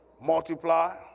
Multiply